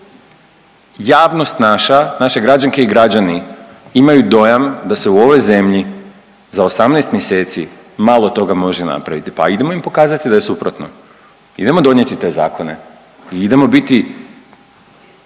javnost naša, naše građanke i građani imaju dojam da se u ovoj zemlji za 18 mjeseci malo toga može napraviti, pa idemo im pokazati da je suprotno, idemo donijeti te zakone i idemo biti